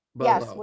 yes